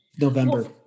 November